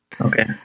Okay